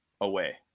away